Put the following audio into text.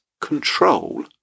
control